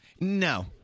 No